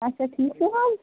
اَچھا ٹھیٖک چھُ حظ